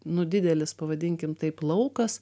nu didelis pavadinkim taip laukas